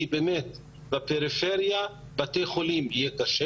כי בפריפריה לבתי חולים באמת יהיה קשה,